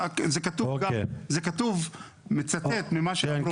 זה מצטט ממה שאמרו